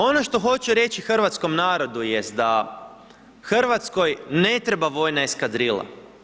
Ono što hoću reći hrvatskom narodu jest da Hrvatskoj ne treba vojna eskadrila.